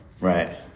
right